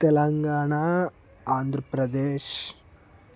Telangana Andhra Pradesh